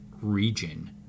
region